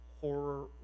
horror